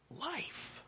life